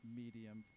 medium